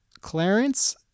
Clarence